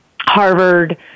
Harvard